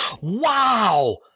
Wow